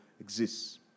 exists